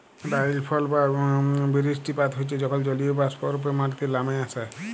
রাইলফল বা বিরিস্টিপাত হচ্যে যখল জলীয়বাষ্প রূপে মাটিতে লামে আসে